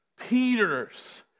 Peter's